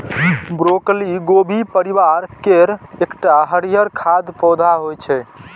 broccoli गोभी परिवार केर एकटा हरियर खाद्य पौधा होइ छै